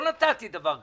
לא נתתי דבר כזה.